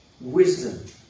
wisdom